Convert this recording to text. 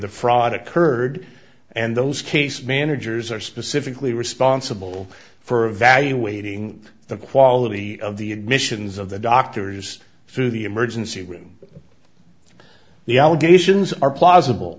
the fraud occurred and those case managers are specifically responsible for evaluating the quality of the admissions of the doctors through the emergency room the allegations are plausible